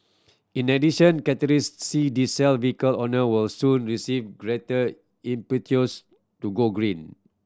in addition Category C diesel vehicle owner will soon receive greater impetus to go green